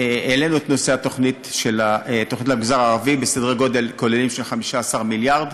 העלינו את נושא התוכנית למגזר הערבי בסדר גודל כולל של 15 מיליארד,